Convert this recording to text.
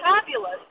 fabulous